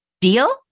deal